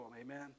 amen